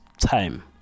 time